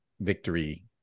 victory